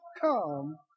come